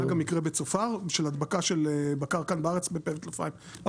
היה גם מקרה בצופר של הדבקה של בקר כאן בארץ הפה והטלפיים,